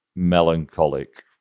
melancholic